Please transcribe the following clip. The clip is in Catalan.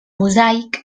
mosaic